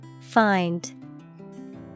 Find